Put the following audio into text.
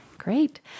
Great